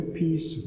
peace